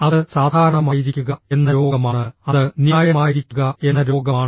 അത് സാധാരണമായിരിക്കുക എന്ന രോഗമാണ് അത് ന്യായമായിരിക്കുക എന്ന രോഗമാണ്